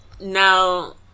Now